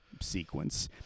sequence